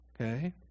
okay